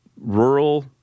rural